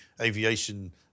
Aviation